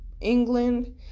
England